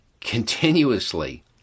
continuously